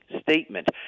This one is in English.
statement